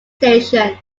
station